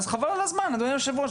אז חבל על הזמן אדוני היושב-ראש.